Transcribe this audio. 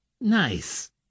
Nice